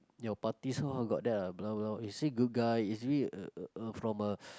your party so how got that ah blah blah is he good guy is he uh uh uh from a